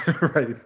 Right